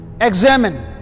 examine